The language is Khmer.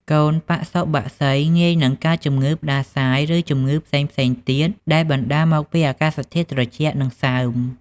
កូនបសុបក្សីងាយនឹងកើតជំងឺផ្តាសាយ ឬជំងឺផ្សេងៗទៀតដែលបណ្តាលមកពីអាកាសធាតុត្រជាក់ និងសើម។